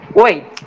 wait